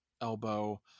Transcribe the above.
elbow